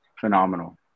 phenomenal